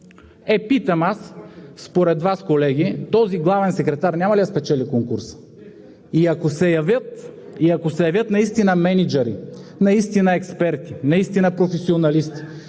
Питам аз: според Вас, колеги, този главен секретар няма ли да спечели конкурса? И ако се явят наистина мениджъри, експерти, професионалисти,